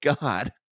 God